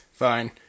Fine